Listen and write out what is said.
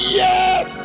yes